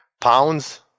pounds